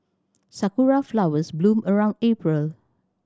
sakura flowers bloom around April